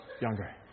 younger